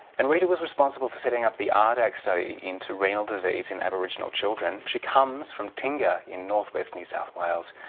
and rita was responsible for setting up the ardac study into renal disease in aboriginal children. she comes from tingha in north-west new south wales,